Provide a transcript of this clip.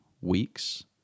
weeks